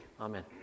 Amen